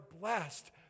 blessed